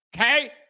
okay